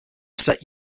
set